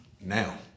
now